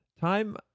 time